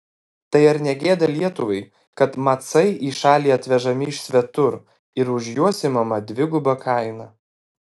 tai ar ne gėda lietuvai kad macai į šalį atvežami iš svetur ir už juos imama dviguba kaina